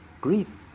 grief